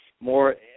more